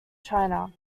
china